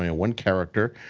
ah one character,